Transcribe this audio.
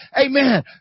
amen